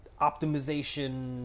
optimization